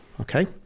okay